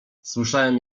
słyszałem